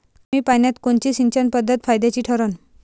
कमी पान्यात कोनची सिंचन पद्धत फायद्याची ठरन?